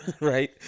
Right